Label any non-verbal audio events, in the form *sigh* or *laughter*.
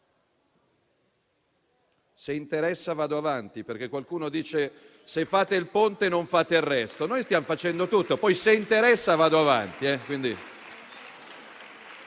Se interessa vado avanti, perché qualcuno dice: se fate il Ponte, non fate il resto. *applause* Noi stiamo facendo tutto, poi se interessa vado avanti.